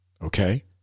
Okay